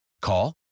Call